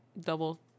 double